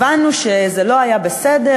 הבנו שזה לא היה בסדר,